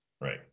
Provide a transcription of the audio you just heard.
Right